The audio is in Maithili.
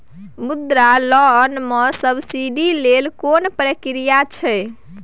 मुद्रा लोन म सब्सिडी लेल कोन प्रक्रिया छै?